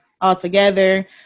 altogether